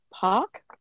park